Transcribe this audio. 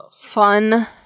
fun